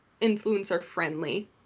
influencer-friendly